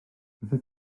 fyddet